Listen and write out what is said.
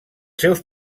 seus